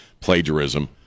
plagiarism